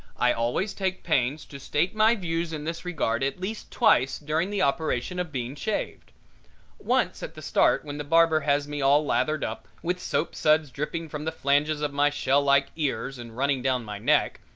i always take pains to state my views in this regard at least twice during the operation of being shaved once at the start when the barber has me all lathered up, with soapsuds dripping from the flanges of my shell-like ears and running down my neck,